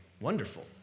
Wonderful